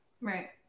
Right